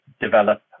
develop